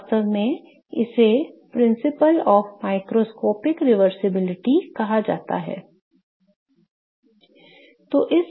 तो वास्तव में इसे माइक्रोस्कोपिक रिवर्सलबिलिटी का सिद्धांत 'Principle of Microscopic Reversibility' कहा जाता है